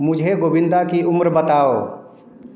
मुझे गोविंदा की उम्र बताओ